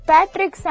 Patrick